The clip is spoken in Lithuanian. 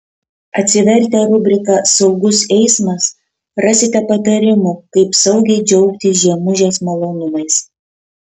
atsivertę rubriką saugus eismas rasite patarimų kaip saugiai džiaugtis žiemužės malonumais